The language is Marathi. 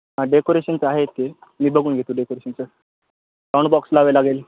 हां डेकोरेशनचं आहे ते मी बघून घेते डेकोरशनचं साऊंड बॉक्स लावावे लागेल